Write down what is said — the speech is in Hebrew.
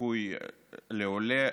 זיכוי לעולה.